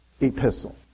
Epistle